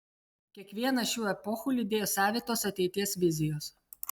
kiekvieną šių epochų lydėjo savitos ateities vizijos